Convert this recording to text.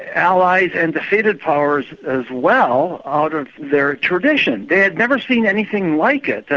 allies and defeated powers as well, out of their tradition. they had never seen anything like it.